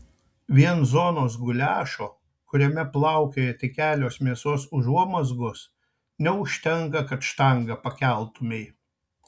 vien zonos guliašo kuriame plaukioja tik kelios mėsos užuomazgos neužtenka kad štangą pakeltumei